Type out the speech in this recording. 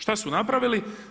Šta su napravili?